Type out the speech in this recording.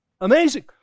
Amazing